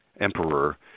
emperor